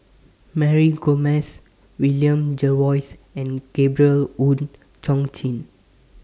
Mary Gomes William Jervois and Gabriel Oon Chong Jin